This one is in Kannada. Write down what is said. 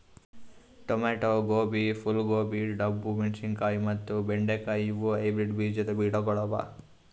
ಟೊಮೇಟೊ, ಗೋಬಿ, ಫೂಲ್ ಗೋಬಿ, ಡಬ್ಬು ಮೆಣಶಿನಕಾಯಿ ಮತ್ತ ಬೆಂಡೆ ಕಾಯಿ ಇವು ಹೈಬ್ರಿಡ್ ಬೀಜದ್ ಗಿಡಗೊಳ್ ಅವಾ